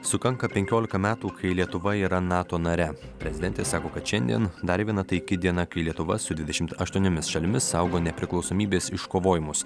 sukanka penkiolika metų kai lietuva yra nato nare prezidentė sako kad šiandien dar viena taiki diena kai lietuva su dvidešimt aštuoniomis šalimis saugo nepriklausomybės iškovojimus